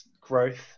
growth